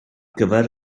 gyfer